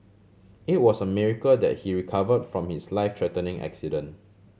it was a miracle that he recovered from his life threatening accident